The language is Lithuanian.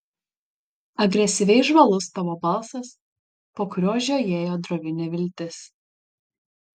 agresyviai žvalus tavo balsas po kuriuo žiojėjo drovi neviltis